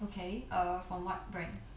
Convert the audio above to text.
okay err from what brand